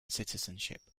citizenship